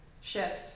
Shift